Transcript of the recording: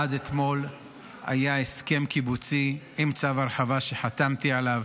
עד אתמול היה הסכם קיבוצי עם צו הרחבה שחתמתי עליו.